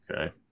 Okay